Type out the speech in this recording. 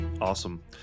Awesome